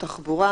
תחבורה,